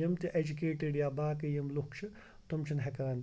یِم تہِ اٮ۪جُکیٚٹِڈ یا باقٕے یِم لُکھ چھِ تم چھِنہٕ ہٮ۪کان